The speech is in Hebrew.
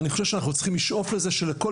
אני חושב שאנחנו צריכים לשאוף לזה שלכל